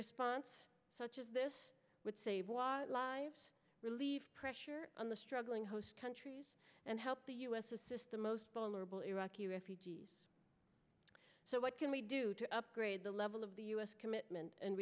response such as this would say was lives relieve pressure on the struggling host countries and help the us assist the most vulnerable iraq refugees so what can we do to upgrade the level of the u s commitment and